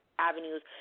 Avenues